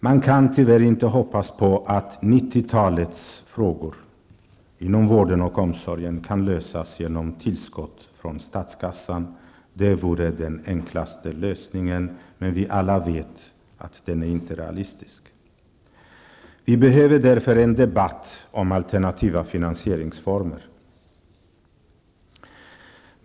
Man kan tyvärr inte hoppas på att 90-talets frågor inom vården och omsorgen kan lösas genom tillskott från statskassan. Det vore den enklaste lösningen, men vi vet alla att den inte är realistisk. Vi behöver därför en debatt om alternativa finansieringsformer.